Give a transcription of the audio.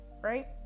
right